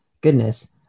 goodness